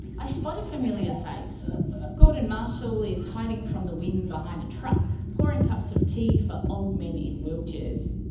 i spot a familiar face gordon marshall is hiding from the wind behind a truck, pouring cups of tea for old men in wheelchairs.